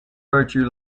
virtue